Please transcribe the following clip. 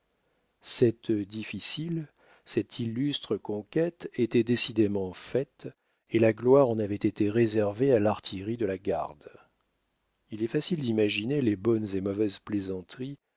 cette difficile cette illustre conquête était décidément faite et la gloire en avait été réservée à l'artillerie de la garde il est facile d'imaginer les bonnes et mauvaises plaisanteries